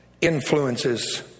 Influences